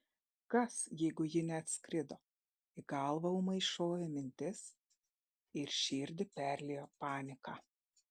kas jeigu ji neatskrido į galvą ūmai šovė mintis ir širdį perliejo panika